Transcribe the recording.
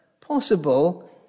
possible